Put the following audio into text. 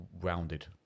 rounded